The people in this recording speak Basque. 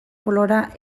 polora